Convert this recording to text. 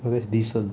well that's decent